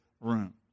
room